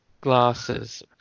glasses